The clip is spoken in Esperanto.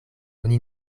oni